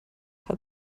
hat